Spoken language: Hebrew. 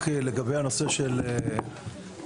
רק לגבי נושא הסמכויות.